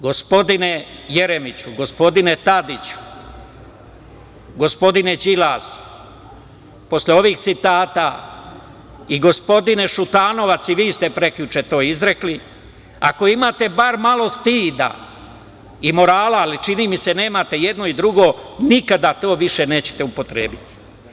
Gospodine Jeremiću, gospodine Tadiću, gospodine Đilas, posle ovih citata i gospodine Šutanovac, i vi ste prekjuče to izrekli, ako imate bar malo stida i morala, ali čini mi se nemate jedno i drugo, nikada to više nećete upotrebiti.